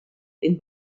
den